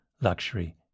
Luxury